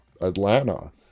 Atlanta